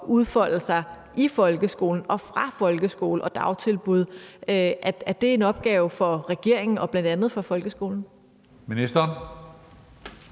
udfolde sig i folkeskolen og fra folkeskole og dagtilbud, er en opgave for regeringen og bl.a. folkeskolen?